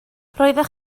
roeddech